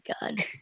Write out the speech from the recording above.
God